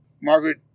Margaret